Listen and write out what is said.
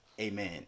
amen